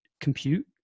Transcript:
compute